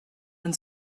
and